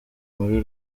muri